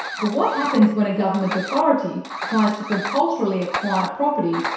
but what happens when a government authority tries to compulsorily acquire property,